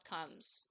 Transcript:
outcomes